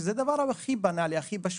שזה הדבר הכי בנאלי והכי פשוט.